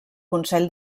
consell